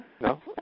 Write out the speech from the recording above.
No